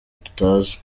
tutazi